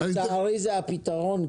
לצערי זה הפתרון,